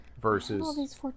versus